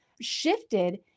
shifted